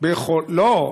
לא,